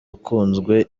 ukunzwe